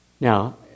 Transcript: Now